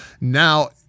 Now